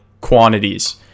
quantities